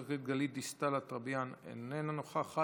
חברת הכנסת גלית דיסטל אטבריאן, איננה נוכחת,